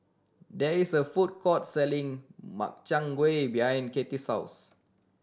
there is a food court selling Makchang Gui behind Katy's house